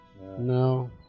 No